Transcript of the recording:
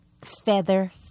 feather